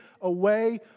away